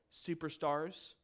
superstars